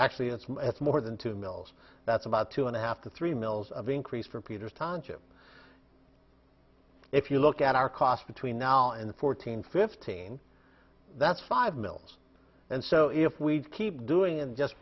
actually it's more than two mills that's about two and a half to three mills of increase for peter's timeship if you look at our cost between now and fourteen fifteen that's five mills and so if we keep doing and just